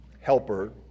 helper